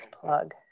plug